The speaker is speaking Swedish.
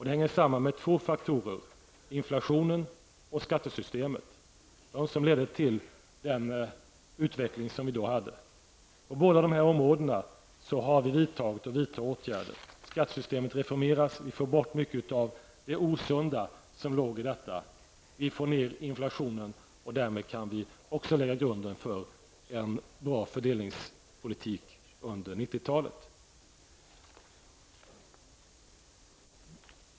Det hänger samman med två faktorer, inflationen och skattesystemet. Det var de som ledde till den utveckling som vi då hade. På båda dessa områden har vi vidtagit och vidtar åtgärder. Skattesystemet reformeras. Vi får bort mycket av det osunda som låg i detta system. Vi får ner inflationen och därmed kan vi också lägga grunden till en bra fördelningspolitik under 90-talet.